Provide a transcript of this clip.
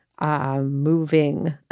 moving